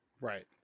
Right